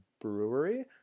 brewery